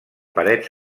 parets